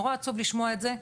נורא עצוב לשמוע את זה,